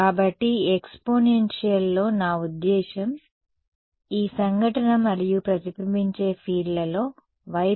కాబట్టి ఈ ఎక్స్పోనెన్షియల్లో నా ఉద్దేశ్యం ఈ సంఘటన మరియు ప్రతిబింబించే ఫీల్డ్లలో y పదం క్యాన్సల్ అవుతుంది